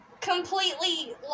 completely